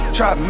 Try